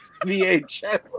VHS